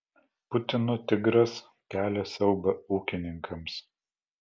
putino tigras kelia siaubą ūkininkams